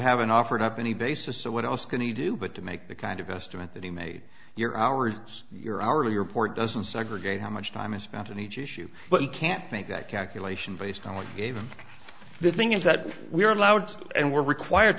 haven't offered up any basis so what else can he do but to make the kind of estimate that he made your hours your hourly report doesn't segregate how much time is spent on each issue but you can't make that calculation based on what the thing is that we are allowed to and we're required